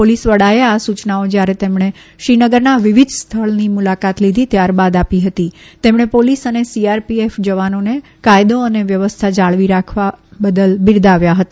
police વડાએ આ સૂચનાઓ જયારે તેમણે શ્રીનગરના વિવિધ સ્થળે મુલાકાત લીધી હતી ત્યારબાદ આપી હતી તેમણે પોલીસ અને સીઆરપીએફ જવાનોને કાયદો અને વ્યવસ્થા જાળવી રાખવા બદલ બિરદાવ્યા હતા